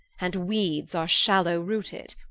and weeds are shallow-rooted,